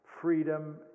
freedom